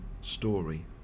story